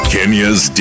Kenya's